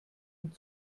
und